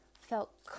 felt